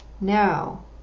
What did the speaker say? now